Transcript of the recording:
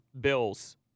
Bill's